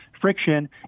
friction